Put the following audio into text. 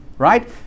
right